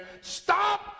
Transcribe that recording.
stop